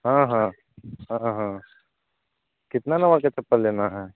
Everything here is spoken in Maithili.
हँ हँ हँ हँ कितना नंबरके चप्पल लेना है